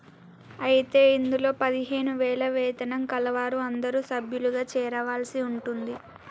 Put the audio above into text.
అయితే ఇందులో పదిహేను వేల వేతనం కలవారు అందరూ సభ్యులుగా చేరవలసి ఉంటుంది